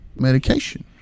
medication